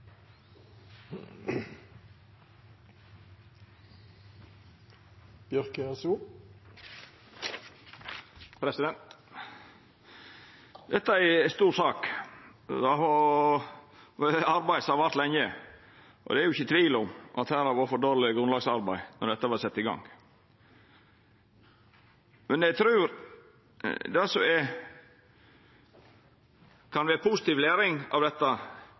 Dette er ei stor sak. Det har vore eit arbeid som har vart lenge. Det er ikkje tvil om at her har det vore for dårleg grunnlagsarbeid då dette vart sett i gang. Men eg trur det som kan vera positiv læring av dette,